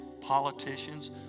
politicians